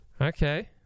okay